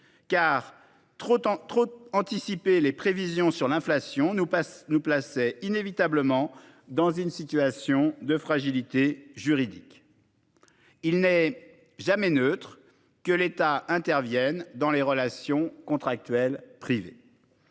grande anticipation des prévisions d'inflation nous plaçait inévitablement dans une situation de fragilité juridique. Il n'est jamais neutre que l'État intervienne dans les relations contractuelles privées.